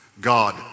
God